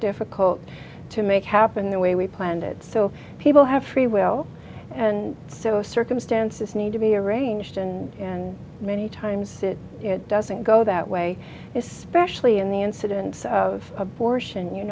difficult to make happen the way we planned it so people have free will and so circumstances need to be arranged and and many times it doesn't go that way especially in the incidence of abortion you